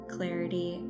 clarity